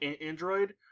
Android